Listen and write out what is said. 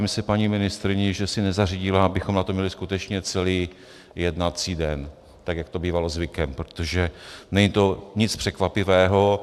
Divím se paní ministryni, že si nezařídila, abychom na to měli skutečně celý jednací den, tak jak to bývalo zvykem, protože není to nic překvapivého.